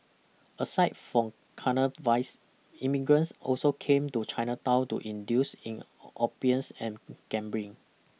aside from carnal vice immigrants also came to Chinatown to induce in opiums and gambling